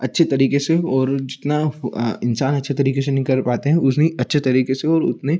अच्छी तरीके से और जितना इंसान अच्छी तरीके से नहीं कर पाते हैं उतनी अच्छे तरीके से और उतने